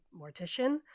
mortician